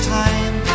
time